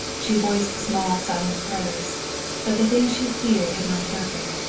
she voiced small silent prayers that the thing she feared had not happened.